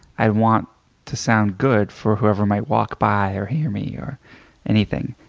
i want to sound good for whoever might walk by or hear me or anything.